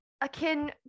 akin